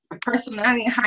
personality